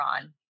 on